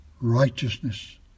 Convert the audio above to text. Righteousness